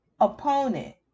opponent